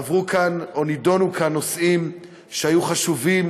עברו כאן או נדונו כאן נושאים שהיו חשובים,